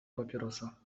papierosa